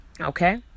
okay